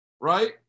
Right